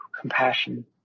Compassion